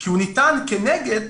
כי הוא ניתן כנגד